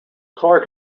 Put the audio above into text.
clark